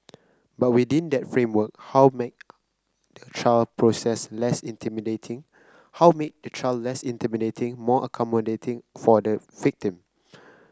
but within that framework how make the trial process less intimidating how make a trial process less intimidating more accommodating for the victim